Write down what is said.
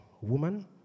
woman